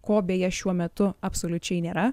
ko beje šiuo metu absoliučiai nėra